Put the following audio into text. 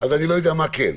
אני לא יודע מה כן.